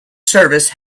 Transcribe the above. service